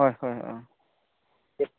হয় হয় হয় অঁ